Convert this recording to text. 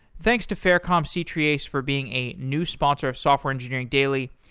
thanks to faircom c-treeace for being a new sponsor of software engineering daily,